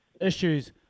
issues